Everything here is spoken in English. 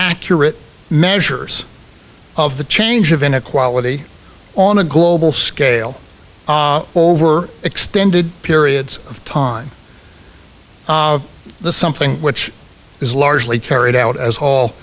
accurate measures of the change of inequality on a global scale over extended periods of time the something which is largely carried out as all